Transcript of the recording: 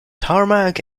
tarmac